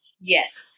Yes